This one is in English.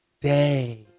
day